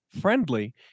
friendly